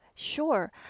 Sure